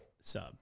sub